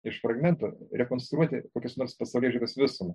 iš fragmentų rekonstruoti kokios nors pasaulėžiūros visumą